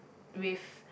with